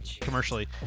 commercially